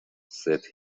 said